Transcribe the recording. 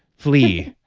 flee